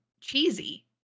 cheesy